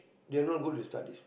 they're not good with studies